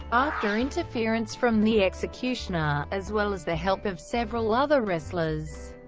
after interference from the executioner, as well as the help of several other wrestlers,